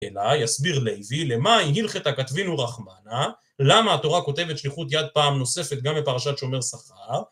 אלא יסביר לאיבי למה הלכת כתבינו רחמנה, למה התורה כותבת שליחות יד פעם נוספת גם בפרשת שומר סחר.